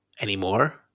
anymore